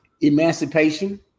Emancipation